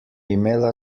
imela